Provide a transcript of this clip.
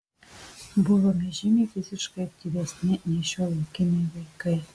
buvome žymiai fiziškai aktyvesni nei šiuolaikiniai vaikai